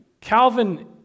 Calvin